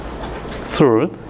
Third